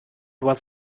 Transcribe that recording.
was